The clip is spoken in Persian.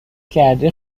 کردی